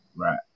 Right